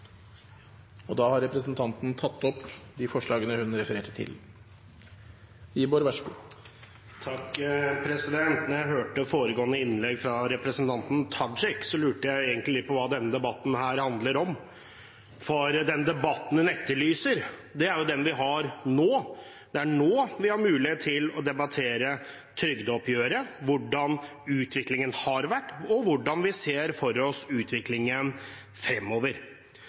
til. Da jeg hørte foregående innlegg, fra representanten Tajik, lurte jeg egentlig litt på hva denne debatten handler om, for den debatten hun etterlyser, er jo den vi har nå. Det er nå vi har mulighet til å debattere trygdeoppgjøret, hvordan utviklingen har vært, og hvordan vi ser for oss utviklingen fremover.